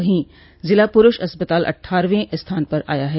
वहीं जिला पुरूष अस्पताल अट्ठारहवें स्थान पर आया है